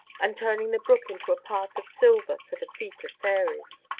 and turning the brook into a path of silver for the feet of fairies.